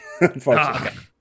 Unfortunately